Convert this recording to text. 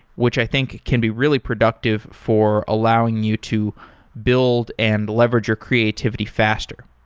which i think can be really productive for allowing you to build and leverage your creativity faster.